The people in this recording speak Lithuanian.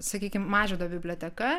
sakykim mažvydo biblioteka